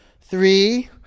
Three